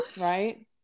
Right